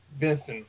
Vincent